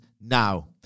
Now